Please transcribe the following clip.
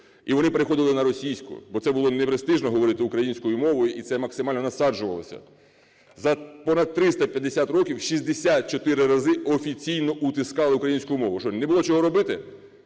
І вони переходили на російську, бо це було непрестижно говорити українською мовою, і це максимально насаджувалося. За понад 350 років 64 рази офіційно утискали українську мову. Що, не було чого робити?